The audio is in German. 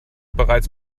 bereits